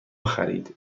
خرید